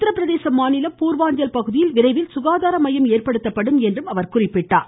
உத்தரப்பிரதேச மாநிலம் பூர்வாஞ்சல் பகுதியில் விரைவில் சுகாதார மையம் ஏற்படுத்தப்படும் என்றும் அவர் கூறினார்